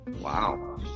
Wow